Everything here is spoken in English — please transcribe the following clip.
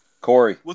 Corey